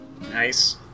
Nice